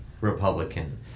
Republican